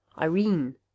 Irene